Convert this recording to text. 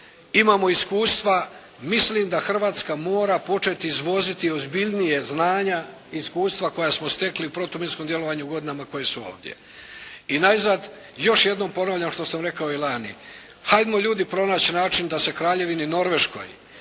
imamo iskustva. Mislim da Hrvatska mora početi izvoziti ozbiljnije znanja i iskustva koja smo stekli u protuminskom djelovanju u godinama koje su ovdje. I najzad, još jednom ponavljam što sam rekao i lani. Hajdmo ljudi pronaći način da se Kraljevini Norveškoj,